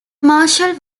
marshall